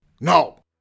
No